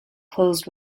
closed